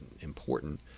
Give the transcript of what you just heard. important